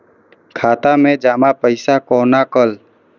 खाता मैं जमा पैसा कोना कल